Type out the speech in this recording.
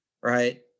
right